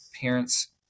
parents